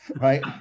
right